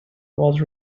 was